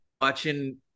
watching